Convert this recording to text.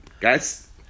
Guys